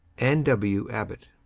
anne w. abbot.